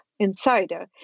Insider